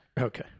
Okay